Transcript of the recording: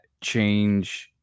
change